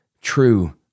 true